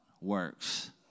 works